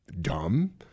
dumb